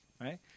right